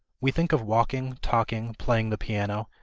we think of walking, talking, playing the piano,